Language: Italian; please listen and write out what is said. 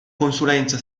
consulenza